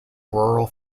rural